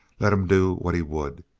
let him do what he would,